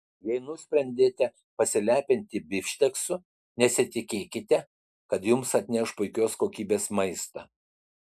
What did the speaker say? jei nusprendėte pasilepinti bifšteksu nesitikėkite kad jums atneš puikios kokybės maistą